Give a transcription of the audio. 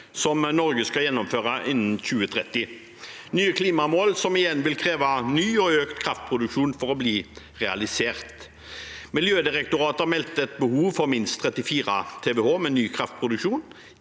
som Norge skal gjennomføre innen 2030, nye klimamål som igjen vil kreve ny og økt kraftproduksjon for å bli realisert. Miljødirektoratet har meldt inn et behov for minst 34 TWh med ny kraftproduksjon